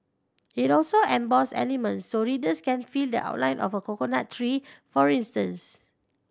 it also embossed elements so readers can feel the outline of a coconut tree for instance